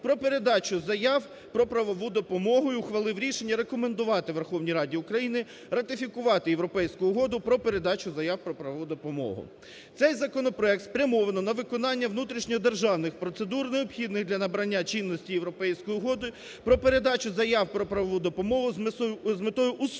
про передачу заяв про правову допомогу і ухвалив рішення, рекомендувати Верховній Раді України ратифікувати Європейську угоду про передачу заяв про правову допомогу. Цей законопроект спрямовано на виконання внутрішньодержавних процедур, необхідних для набрання чинності Європейською угодою про передачу заяв про правову допомогу з метою усунення